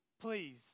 Please